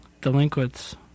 delinquents